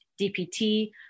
DPT